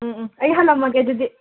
ꯑꯩ ꯍꯥꯜꯂꯝꯃꯒꯦ ꯑꯗꯨꯗꯤ